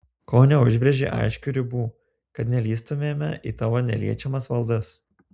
ko neužbrėži aiškių ribų kad nelįstumėme į tavo neliečiamas valdas